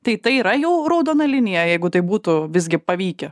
tai tai yra jų raudona linija jeigu tai būtų visgi pavykę